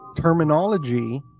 terminology